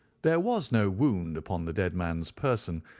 there was no wound upon the dead man's person,